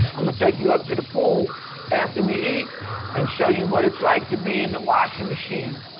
i'm gonna take you up to the pool after we eat and show you what it's like to be in the washer machine,